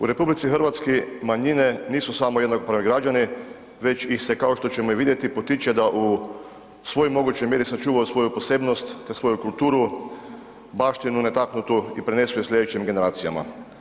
U RH manjine nisu samo jednakopravni građani već ih se kao što ćemo vidjeti, potiče da u svoj mogućnoj mjeri sačuvaju svoju posebnost te svoju kulturu, baštinu netaknutu i prenesu je slijedećim generacijama.